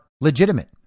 legitimate